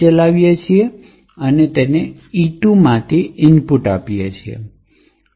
ચલાવીએ છીએ અને e2 માંથી ઇનપુટ પસાર કરીએ છીએ